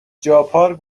جاپارک